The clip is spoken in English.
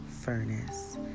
furnace